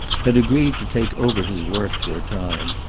had agreed to take over his work for a time.